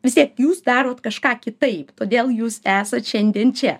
vis tiek jūs darot kažką kitaip todėl jūs esat šiandien čia